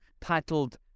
titled